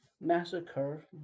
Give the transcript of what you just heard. massacre